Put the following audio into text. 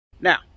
Now